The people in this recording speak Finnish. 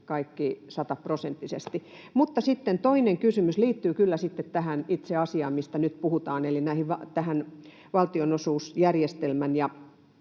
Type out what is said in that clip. kaikki sataprosenttisesti? Sitten toinen kysymys liittyy tähän itse asiaan, mistä nyt puhutaan, eli valtionosuusjärjestelmään